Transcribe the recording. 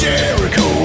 Jericho